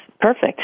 perfect